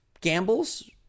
gambles